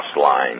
line